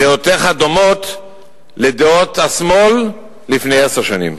דעותיך דומות לדעות השמאל לפני עשר שנים,